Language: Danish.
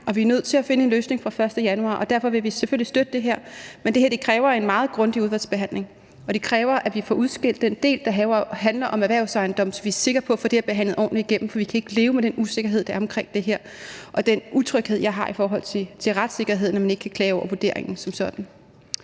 vi er nødt til at finde en løsning fra 1. januar. Derfor vil vi selvfølgelig støtte det her, men det kræver en meget grundig udvalgsbehandling, og det kræver, at vi får udskilt den del, der handler om erhvervsejendomme, så vi er sikre på at få det her behandlet ordentligt, for vi kan ikke leve med den usikkerhed, der er omkring det her, og den utryghed, som jeg har i forhold til retssikkerheden, når man ikke kan klage over vurderingen som sådan.